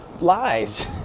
lies